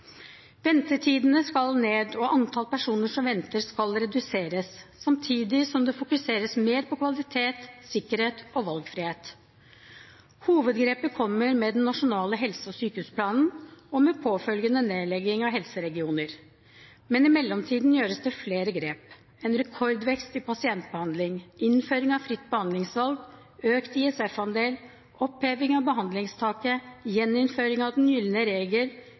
Ventetidene skal ned, og antall personer som venter, skal reduseres, samtidig som det fokuseres mer på kvalitet, sikkerhet og valgfrihet. Hovedgrepet kommer med den nasjonale helse- og sykehusplanen og med påfølgende nedlegging av helseregionene. Men i mellomtiden gjøres det flere grep: en rekordvekst i pasientbehandling, innføring av fritt behandlingsvalg, økt ISF-andel, oppheving av behandlingstaket, gjeninnføring av «den gylne regel»,